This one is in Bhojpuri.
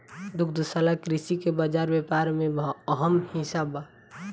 दुग्धशाला कृषि के बाजार व्यापार में अहम हिस्सा बा